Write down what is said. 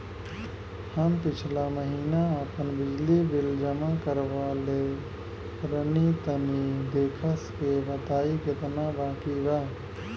हम पिछला महीना आपन बिजली बिल जमा करवले रनि तनि देखऽ के बताईं केतना बाकि बा?